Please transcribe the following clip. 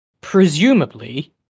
presumably